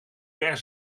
per